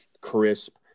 crisp